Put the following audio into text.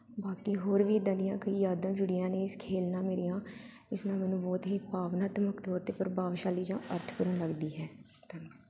ਬਾਕੀ ਹੋਰ ਵੀ ਇੱਦਾਂ ਦੀਆਂ ਕਈ ਯਾਦਾਂ ਜੁੜੀਆਂ ਨੇ ਇਸ ਖੇਡ ਨਾਲ ਮੇਰੀਆਂ ਇਸ ਨਾਲ ਮੈਨੂੰ ਬਹੁਤ ਹੀ ਭਾਵਨਾਤਮਕ ਤੌਰ 'ਤੇ ਪ੍ਰਭਾਵਸ਼ਾਲੀ ਜਾਂ ਅਰਥਪੂਰਨ ਲੱਗਦੀ ਹੈ ਧੰਨਵਾਦ